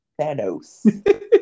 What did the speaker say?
Thanos